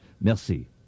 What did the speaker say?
Merci